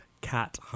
Cat